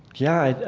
yeah,